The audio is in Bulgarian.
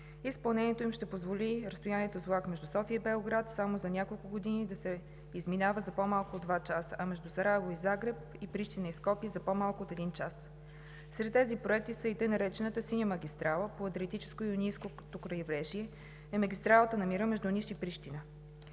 Изпълнението им ще позволи разстоянието с влак между София и Белград само за няколко години да се изминава за по-малко от два часа, а между Сараево и Загреб и Прищина и Скопие за по-малко от един час. Сред тези проекти са и тъй наречената „синя магистрала“ по Адриатическото и Йонийското крайбрежие, на Магистралата на мира между Ниш и Прищина.